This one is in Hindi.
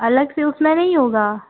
अलग से उस में नहीं होगा